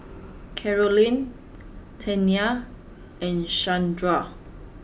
Karolyn Tawnya and Shawnda